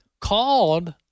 called